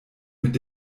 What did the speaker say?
mit